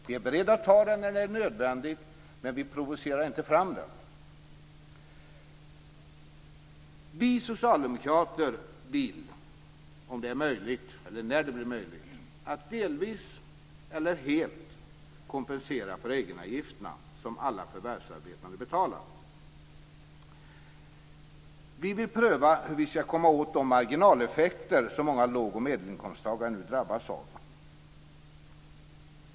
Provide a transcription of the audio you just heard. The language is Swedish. Vi är beredda att ta den när det är nödvändigt, men vi provocerar inte fram den. Vi socialdemokrater vill, när det blir möjligt, delvis eller helt kompensera för de egenavgifter som alla förvärvsarbetande betalar. Vi vill pröva hur vi skall komma åt de marginaleffekter som många låg och medelinkomsttagare nu drabbas av.